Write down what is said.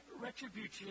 retribution